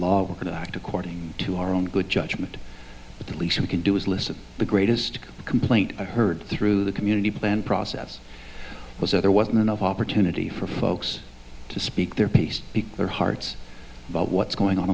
going to act according to our own good judgment but at least we can do is listen the greatest complaint i heard through the community plan process was that there wasn't enough opportunity for folks to speak their piece because their hearts about what's going on